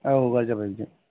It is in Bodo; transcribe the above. औ गाज्रि जाबाय बेजों